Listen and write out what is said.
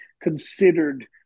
considered